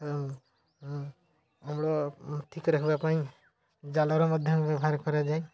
ଅମଳ ଠିକ୍ ରଖିବା ପାଇଁ ଜାଲର ମଧ୍ୟ ବ୍ୟବହାର କରାଯାଏ